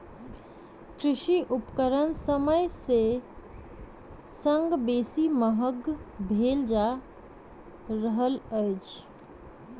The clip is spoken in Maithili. कृषि उपकरण समय के संग बेसी महग भेल जा रहल अछि